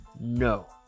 No